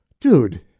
Dude